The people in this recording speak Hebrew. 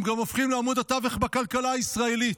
הם גם הופכים לעמוד התווך בכלכלה הישראלית,